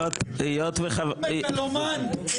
מגלומן.